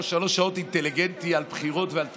במשך שלוש שעות על בחירות ועל תקציב.